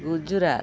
Gujarat